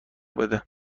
بده